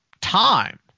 time